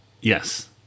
Yes